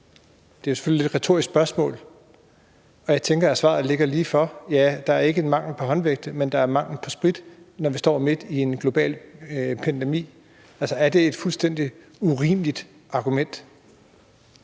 Det er jo selvfølgelig lidt et retorisk spørgsmål, og jeg tænker, at svaret ligger lige for, nemlig: Der er ikke mangel på håndvægte, men der er mangel på håndsprit, når vi står midt i en pandemi – altså er det et fuldstændig urimeligt argument.